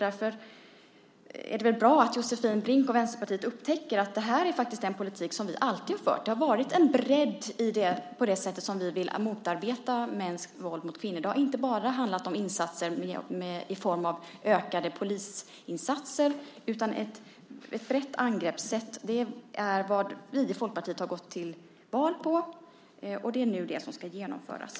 Därför är det bra att Josefin Brink och Vänsterpartiet upptäcker att detta faktiskt är den politik som vi alltid har fört. Det har funnits en bredd i det sätt på vilket vi vill motarbeta mäns våld mot kvinnor. Det har inte bara handlat om ökade polisinsatser, utan det finns ett brett angreppssätt. Det är vad vi i Folkpartiet gått till val på, och det är det som nu ska genomföras.